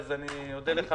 אני כל הזמן